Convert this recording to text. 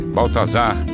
Baltazar